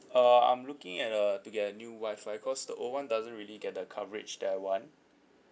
uh I'm looking at uh to get a new wifi cause the old [one] doesn't really get the coverage that I want